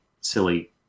silly